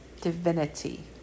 divinity